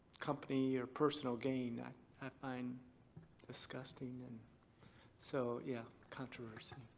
company or personal gain i find disgusting and so yeah, controversy.